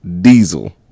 diesel